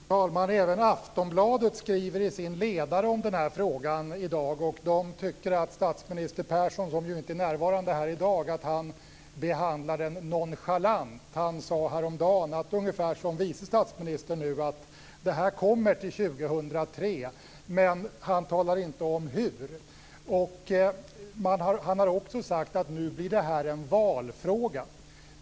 Fru talman! Även i Aftonbladets ledare står det i dag om den här frågan. Man tycker att statsminister Persson, som ju inte är närvarande här i dag, behandlar frågan nonchalant. Han sade häromdagen ungefär det som vice statsministern nu säger, nämligen att det här kommer till år 2003, men han talar inte om hur. Han har också sagt att nu blir det här en valfråga.